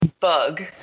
Bug